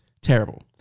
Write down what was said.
terrible